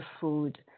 food